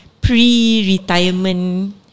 pre-retirement